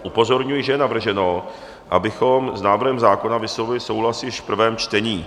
Upozorňuji, že je navrženo, abychom s návrhem zákona vyslovili souhlas již v prvém čtení.